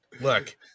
Look